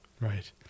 Right